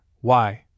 Why